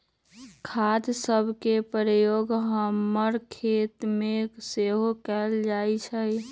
खाद सभके प्रयोग हमर खेतमें सेहो कएल जाइ छइ